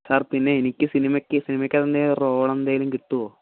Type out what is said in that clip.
sir പിന്നെ എനിക്ക് സിനിമയ്ക്ക് സിനിമയ്ക്ക് റോൾ എന്തെങ്കിലും കിട്ടുമോ